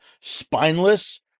spineless